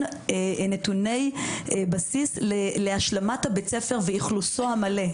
נתוני בסיס להשלמת בית הספר ואכלוסו המלא.